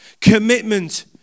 Commitment